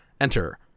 Enter